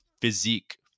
physique